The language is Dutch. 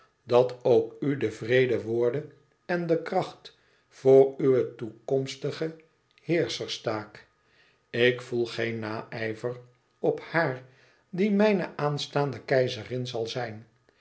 dat ook u de vrede worde en de kracht voor uwe toekomstige heerscherstaak ik voel geen naijver op haar die mijne aanstaande keizerin zal zijn